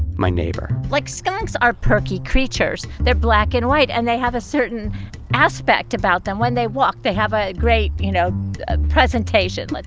my neighbor. like skunks are perky creatures. they're black and white and they have a certain aspect about them. and they walk, they have a great. you know ah presentation. with